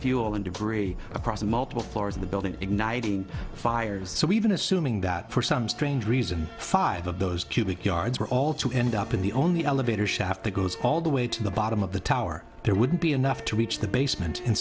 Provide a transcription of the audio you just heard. fuel and debris across multiple floors of the building igniting fires so even assuming that for some strange reason five of those cubic yards were all to end up in the only elevator shaft that goes all the way to the bottom of the tower there wouldn't be enough to reach the basement and